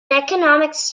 economics